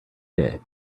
day